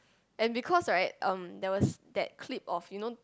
and because right um that was that clip of you know